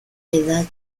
edad